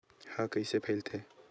ह कइसे फैलथे?